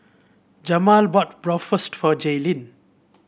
Jamel bought Bratwurst for Jaylin